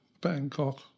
Bangkok